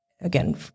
again